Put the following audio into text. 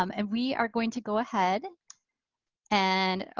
um and we are going to go ahead and oh,